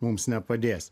mums nepadės